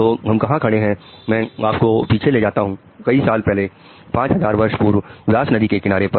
तो हम कहां खड़े हैं मैं आपको पीछे ले जाता हूं कई साल पहले 5000 वर्ष पूर्व व्यास नदी के किनारे पर